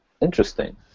interesting